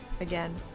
again